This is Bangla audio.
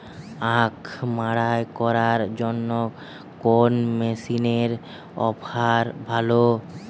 আখ মাড়াই করার জন্য কোন মেশিনের অফার ভালো?